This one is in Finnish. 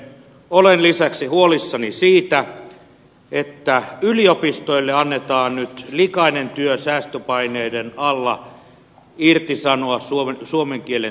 olen lisäksi huolissani siitä että yliopistoille annetaan nyt likainen työ säästöpaineiden alla irtisanoa suomen kielen tutkijoita